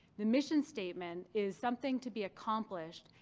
the mission statement is something to be accomplished,